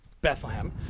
Bethlehem